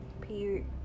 Period